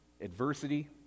adversity